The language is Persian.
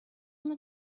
اونو